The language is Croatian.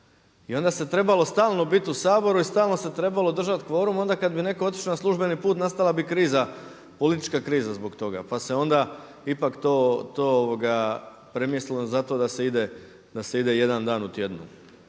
I onda se trebalo stalno biti u Saboru i stalno se trebalo držati kvorum, onda kad bi neko otišao na službeni put nastala bi kriza politička kriza zbog toga. Pa se onda ipak to premjestilo zato da se ide, da se ide jedan dan u tjednu.